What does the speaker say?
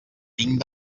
tinc